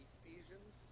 Ephesians